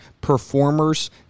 performers